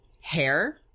hair